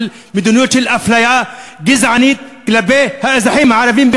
מדיניות של אפליה גזענית כלפי האזרחים הערבים,